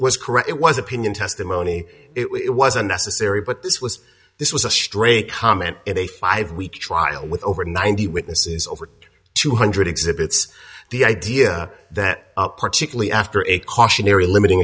correct it was opinion testimony it was unnecessary but this was this was a stray comment in a five week trial with over ninety witnesses over two hundred exhibits the idea that particularly after a cautionary limiting